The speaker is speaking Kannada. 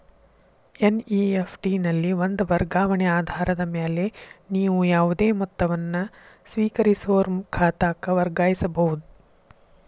ಎನ್.ಇ.ಎಫ್.ಟಿ ನಲ್ಲಿ ಒಂದ ವರ್ಗಾವಣೆ ಆಧಾರದ ಮ್ಯಾಲೆ ನೇವು ಯಾವುದೇ ಮೊತ್ತವನ್ನ ಸ್ವೇಕರಿಸೋರ್ ಖಾತಾಕ್ಕ ವರ್ಗಾಯಿಸಬಹುದ್